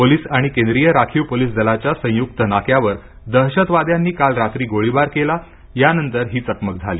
police आणि केंद्रीय राखीव पोलिस दलाच्या संयुक्त नाक्यावर दहशतवाद्यांनी काल रात्री गोळीबार केला यानंतर ही चकमक झाली